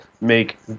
make